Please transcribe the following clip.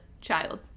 child